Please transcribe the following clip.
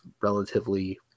relatively